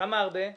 כמה הרבה?